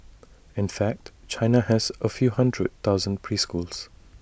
in fact China has A few hundred thousand preschools